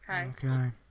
Okay